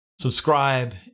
Subscribe